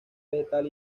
vegetal